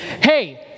Hey